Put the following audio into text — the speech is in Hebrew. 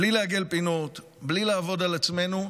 בלי לעגל פינות, בלי לעבוד על עצמנו.